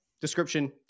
Description